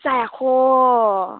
जायाखै